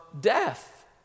death